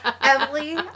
Emily